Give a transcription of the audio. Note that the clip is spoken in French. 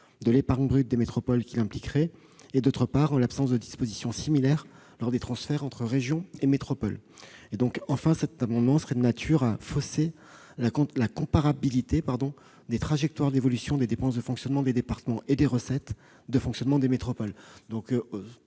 de l'épargne brute des métropoles qu'elle impliquerait et, d'autre part, en l'absence de dispositions similaires lors des transferts entre régions et métropoles. Enfin, cette mesure serait de nature à fausser la comparabilité des trajectoires d'évolution des dépenses de fonctionnement des départements et des recettes de fonctionnement des métropoles.